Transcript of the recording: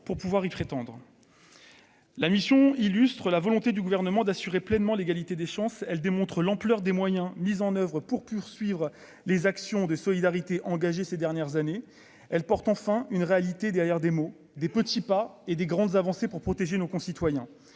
pour pouvoir y prétendre. La mission illustre la volonté du gouvernement d'assurer pleinement l'égalité des chances, elle démontre l'ampleur des moyens mis en oeuvre. Pour poursuivre les actions des solidarités engagé ces dernières années, elle porte enfin une réalité derrière des mots, des petits pas et des grandes avancées pour protéger nos concitoyens